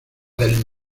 del